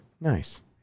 nice